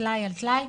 טלאי על טלאי,